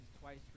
twice